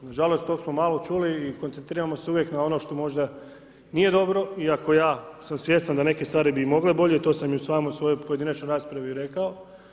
Nažalost tog smo malo čuli i koncentriramo se uvijek na ono što možda nije dobro iako ja sam svjestan da neke stvari bi i mogle bolje i to sam i u samoj svojoj pojedinačnoj raspravi i rekao.